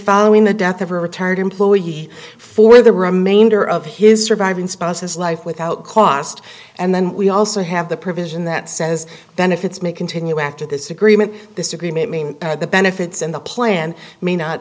following the death of her returned employee for the remainder of his surviving spouses life without cost and then we also have the provision that says benefits may continue after this agreement this agreement mean the benefits in the plan may not